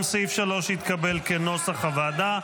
גם סעיף 3, כנוסח הוועדה,